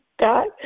God